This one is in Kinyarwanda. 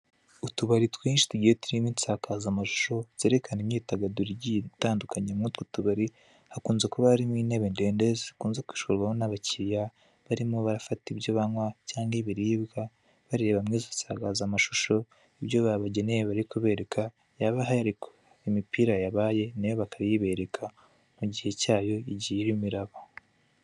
Utubari twinshi tugiye turimo insakazamashusho zerekana imyidagaduro itandukanye, muri utwo tubari hakunze kuba harimo intebe ndende zikunze kwicarwaho n'abakiriya barimo barafata ibyobwa banywa cyangwa ibiribwa bareba muri izo nsakazamashusho ibyo babageneye bari kubereka yaba hari imipira yabaye nayo bakayobareka mu gihe cyayo igihe irimo iraba.